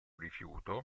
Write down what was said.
rifiuto